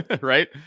right